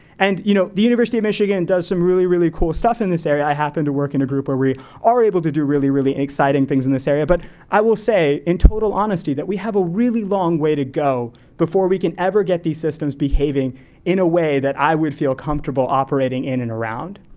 and you know the university of michigan does some really, really cool stuff in this area. i happen to work in a group where we are able to do really, really exciting things in this area. but i will say, in total honesty, that we have a really long way to go before we can ever get these systems behaving in a way that i would feel comfortable operating in and around.